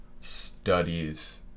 studies